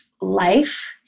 life